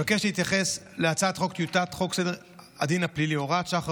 הצעת חוק סדר הדין הפלילי (הוראת שעה,